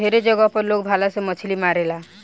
ढेरे जगह पर लोग भाला से मछली मारेला